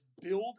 build